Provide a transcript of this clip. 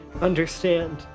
understand